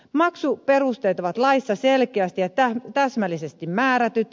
maksuperusteet ovat laissa selkeästi ja täsmällisesti määrätyt